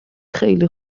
خیلی